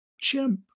chimp